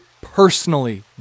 personally